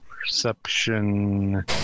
perception